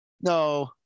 no